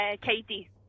Katie